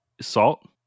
salt